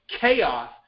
chaos